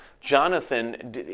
Jonathan